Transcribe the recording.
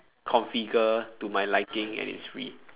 configure to my liking and it's free